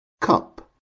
CUP